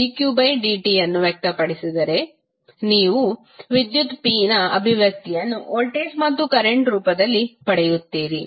dqdt ಅನ್ನು ವ್ಯಕ್ತಪಡಿಸಿದರೆ ನೀವು ವಿದ್ಯುತ್ p ನ ಅಭಿವ್ಯಕ್ತಿಯನ್ನು ವೋಲ್ಟೇಜ್ ಮತ್ತು ಕರೆಂಟ್current ರೂಪದಲ್ಲಿ ಪಡೆಯುತ್ತೀರಿ